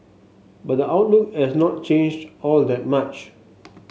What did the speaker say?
but the outlook has not changed all that much